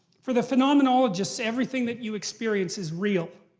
for the phenomenologist, everything that you experience is real.